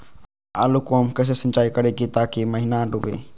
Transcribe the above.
आलू को हम कैसे सिंचाई करे ताकी महिना डूबे?